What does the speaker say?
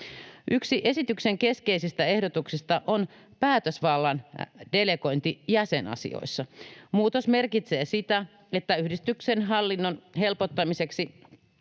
Yksi esityksen keskeisistä ehdotuksista on päätösvallan delegointi jäsenasioissa. Muutos merkitsee sitä, että yhdistyksen hallinnon helpottamiseksi